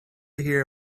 hear